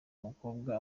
mukobwa